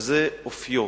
שזה אופיו.